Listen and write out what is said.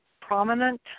prominent